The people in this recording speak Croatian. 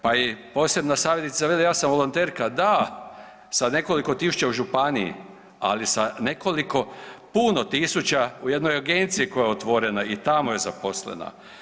Pa posebna savjetnica veli ja sam volonterka, da sa nekoliko tisuća u županiji, ali sa nekoliko puno tisuća u jednoj agenciji koja je otvorena i tamo je zaposlena.